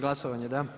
Glasovanje, da.